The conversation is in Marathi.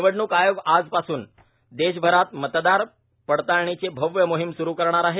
निवडणूक आयोग आजपासून देशभरात मतदार पडताळणीची भव्य मोहीम सुरू करणार आहे